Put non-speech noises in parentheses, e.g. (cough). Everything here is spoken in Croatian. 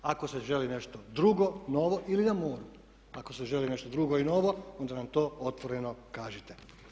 Ako se želi nešto drugo, novo ili … (unintelligible) Ako se želi nešto drugo i novo onda nam to otvoreno kažite.